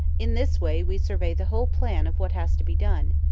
in this way we survey the whole plan of what has to be done,